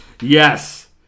Yes